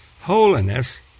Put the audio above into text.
Holiness